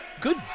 Good